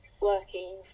working